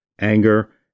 anger